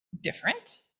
different